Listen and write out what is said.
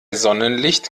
sonnenlicht